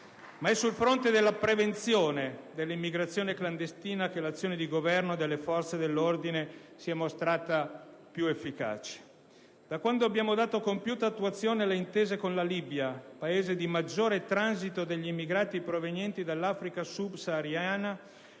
Ma è sul fronte della prevenzione dell'immigrazione clandestina che l'azione del Governo e delle forze dell'ordine si è mostrata più efficace. Da quando abbiamo dato compiuta attuazione alle intese con la Libia - Paese di maggiore transito degli immigrati provenienti dall'Africa sub-sahariana